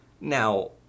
now